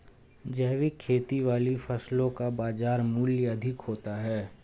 जैविक खेती वाली फसलों का बाजार मूल्य अधिक होता है